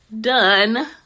done